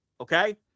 Okay